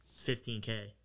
15K